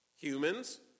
Humans